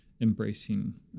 embracing